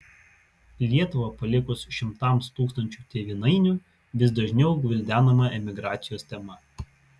lietuvą palikus šimtams tūkstančių tėvynainių vis dažniau gvildenama emigracijos tema